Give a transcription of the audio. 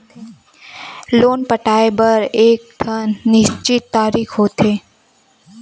loan पटाए बर एकठन निस्चित तारीख होथे